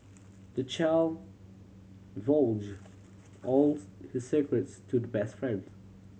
the child all his secrets to the best friends